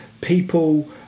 people